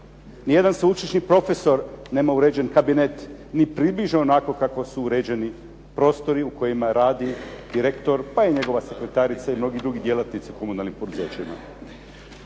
Ni jedan sveučilišni profesor nema uređen kabinet ni približno onako kako su uređeni prostori u kojima radi direktor, pa i njegova sekretarica i mnogi drugi djelatnici u komunalnim poduzećima.